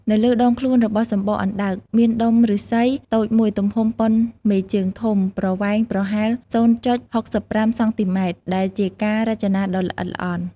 នៅលើដងខ្លួនរបស់សំបកអណ្តើក មានដុំឫស្សីតូចមួយទំហំប៉ុនមេជើងធំ ប្រវែងប្រហែល ០.៦៥ សង់ទីម៉ែត្រ ដែលជាការរចនាដ៏ល្អិតល្អន់។